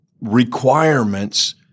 requirements